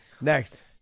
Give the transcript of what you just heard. Next